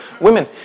Women